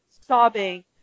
sobbing